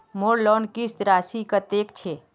मोर लोन किस्त राशि कतेक छे?